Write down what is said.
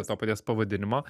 to paties pavadinimo